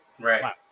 Right